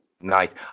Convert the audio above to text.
Nice